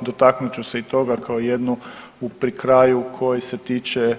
Dotaknut ću se i toga kao jednu u pri kraju koji se tiče